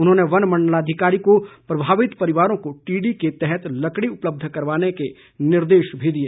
उन्होंने वन मंडलाधिकारी को प्रभावित परिवारों को टी डी के तहत लकड़ी उपलब्ध करवाने के निर्देश भी दिए